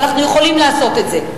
ואנחנו יכולים לעשות את זה.